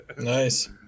Nice